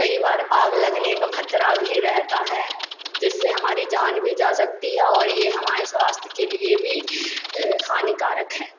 कई बार आग लगने का खतरा भी रहता है जिससे हमारी जान भी जा सकती है और ये हमारे स्वास्थ्य के लिए भी हानिकारक है